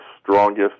strongest